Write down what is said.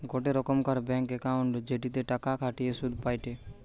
গোটে রোকমকার bank account জেটিতে টাকা খতিয়ে শুধ পায়টে